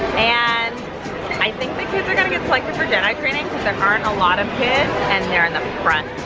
and i think the kids are gonna get selected for jedi training cause there aren't a lot of kids and they're in the front.